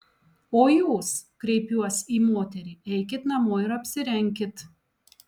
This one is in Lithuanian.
o jūs kreipiuos į moterį eikit namo ir apsirenkit